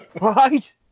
Right